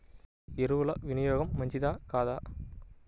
ఎరువుల వినియోగం మంచిదా కాదా?